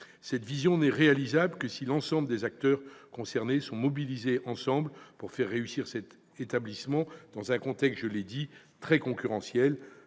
Cette vision n'est réalisable que si l'ensemble des acteurs concernés se mobilisent en faveur de la réussite de cet établissement, dans un contexte, je l'ai dit, très concurrentiel.